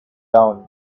down